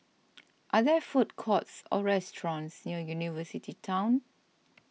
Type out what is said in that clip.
are there food courts or restaurants near University Town